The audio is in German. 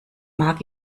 mag